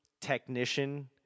technician